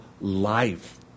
life